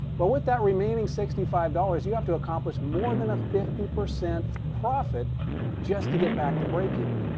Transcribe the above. well, with that remaining sixty five dollars, you have to accomplish more than a fifty percent profit just to get back to breakeven.